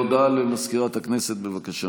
הודעה למזכירת הכנסת, בבקשה.